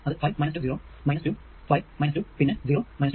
അത് 5 2 0 2 5 2 പിന്നെ 0 2 5